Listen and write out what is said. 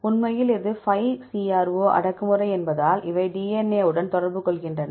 உண்மையில் இது 5CRO அடக்குமுறை என்பதால் இவை DNA வுடன் தொடர்பு கொள்கின்றன